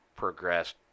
progressed